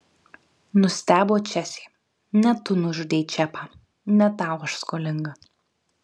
nustebo česė ne tu nužudei čepą ne tau aš skolinga